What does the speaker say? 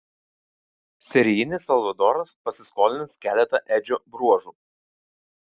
serijinis salvadoras pasiskolins keletą edžio bruožų